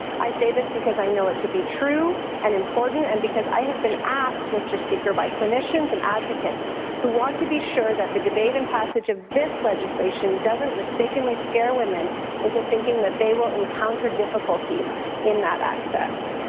i say this because i know it to be true and important and because i have been asked, mr. speaker, by clinicians and advocates who want to be sure that the debate and passage of this legislation doesn't mistakenly scare women into thinking that they will encounter difficulties in that access.